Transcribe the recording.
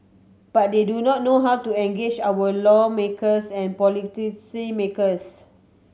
but they do not know how to engage our lawmakers and makers